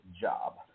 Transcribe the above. job